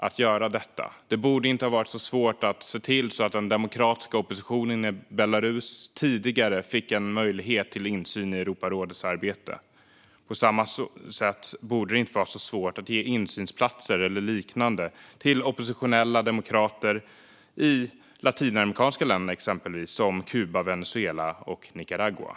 Det borde inte heller ha varit svårt att ha sett till att den demokratiska oppositionen i Belarus hade fått en möjlighet till insyn i Europarådets arbete tidigare. På samma sätt borde det inte vara svårt att ge insynsplatser eller liknande till oppositionella demokrater i exempelvis de latinamerikanska länderna, som Kuba, Venezuela och Nicaragua.